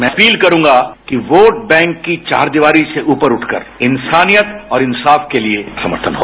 मैं अपील करूंगा कि वोट बैंक की चाहरदीवारी से ऊपर उठकर इंसानियत और इंसाफ से लिए समर्थन हो